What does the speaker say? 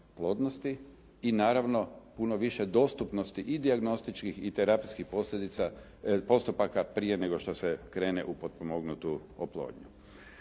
i naravno puno više dostupnosti i dijagnostičkih i terapijskih postupaka prije nego što se krene u potpomognutu oplodnju.